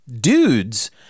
dudes